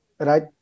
Right